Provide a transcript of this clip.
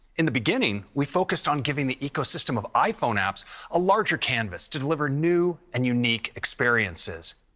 in the beginning, we focused on giving the ecosystem of iphone apps a larger canvas to deliver new and unique experiences.